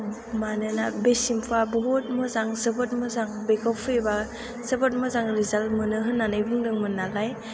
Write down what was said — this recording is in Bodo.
मानोना बे शेम्फुआ बहुद मोजां जोबोद मोजां बेखौ फुयोबा जोबोद मोजां रिजाल्ट मोनो होननानै बुंदोंमोन नालाय